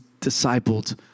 disciples